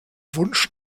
wunsch